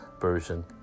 version